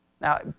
Now